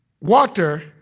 water